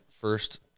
first